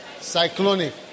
Cyclonic